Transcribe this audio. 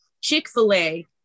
Chick-fil-A